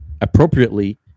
appropriately